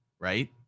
Right